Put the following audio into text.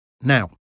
Now